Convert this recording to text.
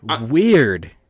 Weird